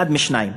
אחד משניים: